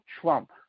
Trump